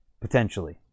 Potentially